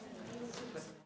Hvala